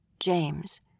James